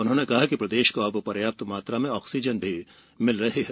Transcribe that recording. उन्होंने कहा कि प्रदेश को अब पर्याप्त मात्रा में ऑक्सीजन मिल रही है